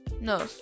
No